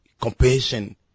compassion